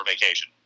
vacation